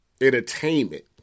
entertainment